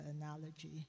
analogy